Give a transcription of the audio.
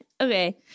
Okay